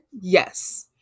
Yes